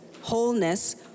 wholeness